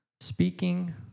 speaking